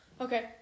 Okay